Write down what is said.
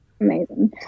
amazing